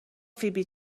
فیبی